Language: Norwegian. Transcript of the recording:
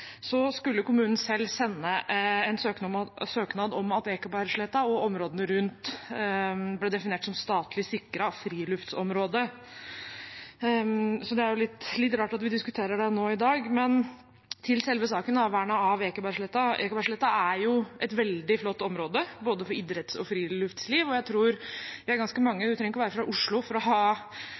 Så det er jo litt rart at vi diskuterer det nå i dag. Men til selve saken, vernet av Ekebergsletta. Ekebergsletta er jo et veldig flott område for både idrett og friluftsliv, og jeg tror vi er ganske mange – man trenger ikke å være fra Oslo